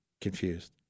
confused